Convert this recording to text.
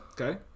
Okay